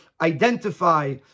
identify